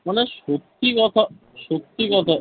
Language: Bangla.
মানে সত্যি কথা সত্যি কথা